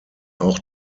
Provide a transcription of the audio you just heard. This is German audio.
auch